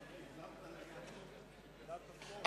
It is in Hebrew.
נשיא המדינה ולשכתו, לא נתקבלה.